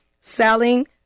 selling